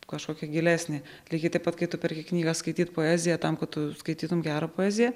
kažkokia gilesnė lygiai taip pat kai tu perki knygą skaityt poeziją tam kad tu skaitytum gerą poeziją